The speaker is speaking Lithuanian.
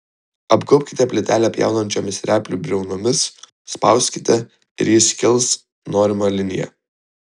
apgaubkite plytelę pjaunančiomis replių briaunomis spauskite ir ji skils norima linija